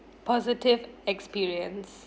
positive experience